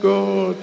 God